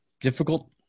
difficult